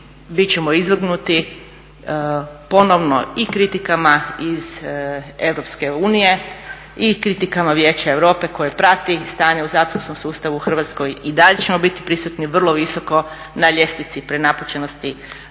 ćemo izvrgnuti ponovno i kritikama iz Europske unije i kritikama Vijeća Europe koje prati stanje u zatvorskom sustavu u Hrvatskoj, i dalje ćemo biti prisutni vrlo visoko na ljestvici prenapučenosti